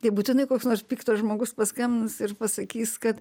tai būtinai koks nors piktas žmogus paskambins ir pasakys kad